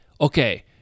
Okay